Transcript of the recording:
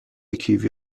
کیوی